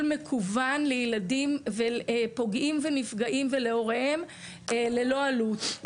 מקוון לילדים פוגעים ונפגעים ולהוריהם ללא עלות.